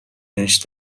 بهش